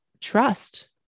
trust